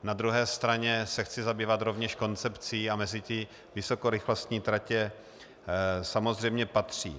Na druhé straně se chci zabývat rovněž koncepcí a mezi to vysokorychlostní tratě samozřejmě patří.